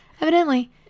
Evidently